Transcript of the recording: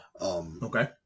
Okay